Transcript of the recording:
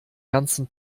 ganzen